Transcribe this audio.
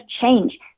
change